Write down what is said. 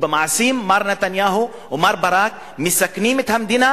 ובמעשים מר נתניהו ומר ברק מסכנים את המדינה,